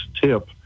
tip